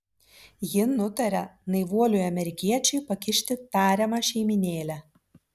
ji nutaria naivuoliui amerikiečiui pakišti tariamą šeimynėlę